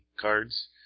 cards